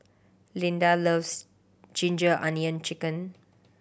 Lyda loves ginger onion chicken